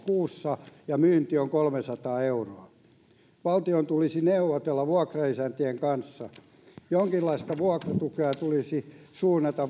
kuussa ja myynti on kolmesataa euroa valtion tulisi neuvotella vuokraisäntien kanssa jonkinlaista vuokratukea tulisi suunnata